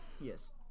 Yes